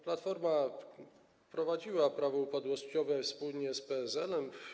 Platforma wprowadziła Prawo upadłościowe wspólnie z PSL-em.